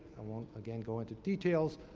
i won't, again, go into details.